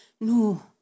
No